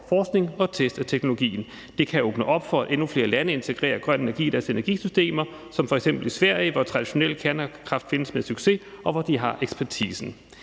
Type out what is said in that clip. forskning og test af teknologien. Det kan åbne op for, at endnu flere lande integrerer grøn energi i deres energisystemer som f.eks. i Sverige, hvor traditionel kernekraft findes og bruges med succes, og hvor de har ekspertisen.